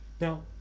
Now